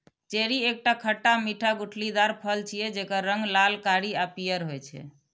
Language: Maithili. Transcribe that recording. चेरी एकटा खट्टा मीठा गुठलीदार फल छियै, जेकर रंग लाल, कारी आ पीयर होइ छै